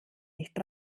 nicht